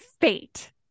fate